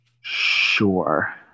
Sure